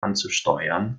anzusteuern